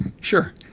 Sure